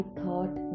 thought